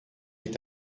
est